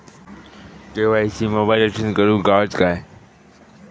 KYC मोबाईलातसून करुक गावता काय?